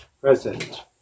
present